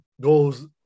goes